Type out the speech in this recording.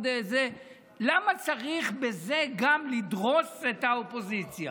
למה צריך בזה גם לדרוס את האופוזיציה?